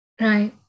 Right